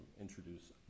introduce